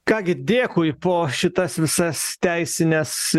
ką gi dėkui po šitas visas teisines